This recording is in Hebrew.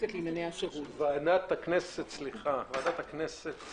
ועדת הכנסת